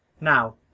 Now